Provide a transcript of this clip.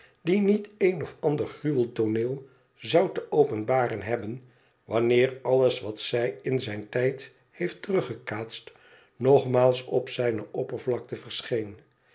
die niet een of ander gruweltooneel zou te openbaren hebben wanneer alles wat hij in zijn tijd heeft teruggekaatst nogmaals op zijne oppervlakte verscheen